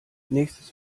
nächstes